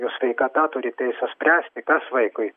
jų sveikata turi teisę spręsti kas vaikui